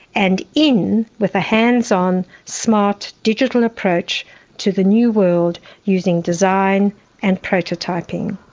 and in with a hands-on smart digital approach to the new world using design and prototyping.